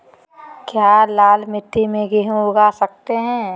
क्या लाल मिट्टी में गेंहु उगा स्केट है?